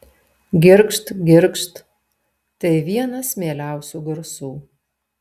girgžt girgžt tai vienas mieliausių garsų